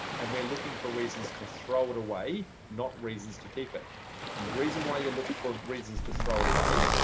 and we're looking for reasons to throw it away, not reasons to keep it. and the reason why you look for reasons to throw it away,